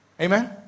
Amen